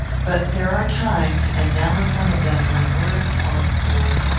but there are times, and now is one of them, when words are poor.